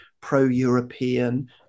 pro-European